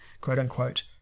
quote-unquote